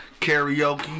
karaoke